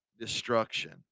destruction